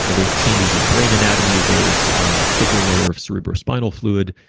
and there's changes in brain anatomy. there's a thicker layer of cerebrospinal fluid.